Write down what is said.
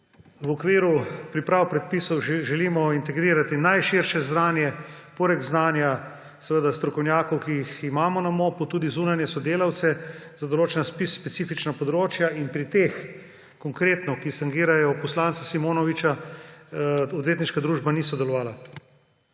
V okviru priprav predpisov želimo integrirati najširše znanje, poleg znanja strokovnjakov, ki jih imamo na MOP, tudi zunanje sodelavce za določena specifična področja, in pri teh konkretno, ki tangirajo poslanca Simonoviča, odvetniška družba ni sodelovala.